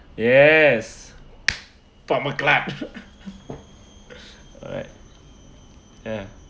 yes pop my clap alright ya